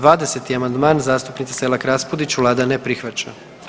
20. amandman zastupnice Selak Raspudić vlada ne prihvaća.